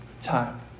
time